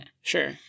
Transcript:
Sure